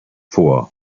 vor